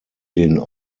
den